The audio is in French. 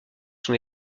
sont